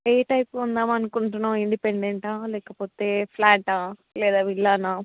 ఏ type కొందాం అనుకుంటున్నావు ఇండిపెండెంటా లేకపోతే ఫ్లాటా లేదా విల్లానా